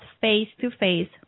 face-to-face